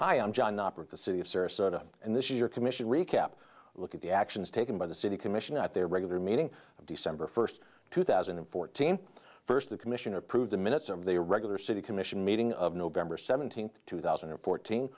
am john operate the city of sarasota and this is your commission recap look at the actions taken by the city commission at their regular meeting of december first two thousand and fourteen first the commission approved the minutes of the regular city commission meeting of november seventeenth two thousand and fourteen